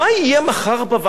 אני הדובר של הוועדה?